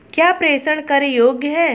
क्या प्रेषण कर योग्य हैं?